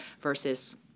versus